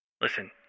Listen